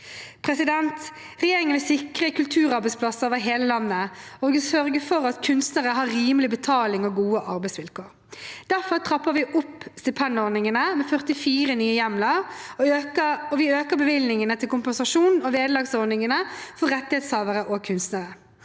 landet. Regjeringen vil sikre kulturarbeidsplasser over hele landet og sørge for at kunstnere har rimelig betaling og gode arbeidsvilkår. Derfor trapper vi opp stipendordningene med 44 nye hjemler, og vi øker bevilgningene til kompensasjons- og vederlagsordningene for rettighetshavere og kunstnere.